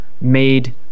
made